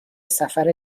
سفر